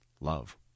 love